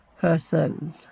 person